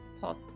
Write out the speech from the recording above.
pot